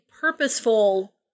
purposeful